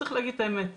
צריך להגיד את האמת,